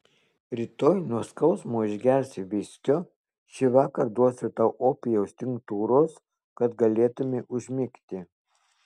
rytoj nuo skausmo išgersi viskio šįvakar duosiu tau opijaus tinktūros kad galėtumei užmigti